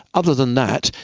other than that,